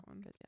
Good